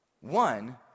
One